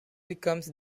becomes